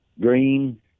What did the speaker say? green